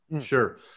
Sure